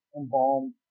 embalmed